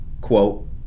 quote